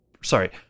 Sorry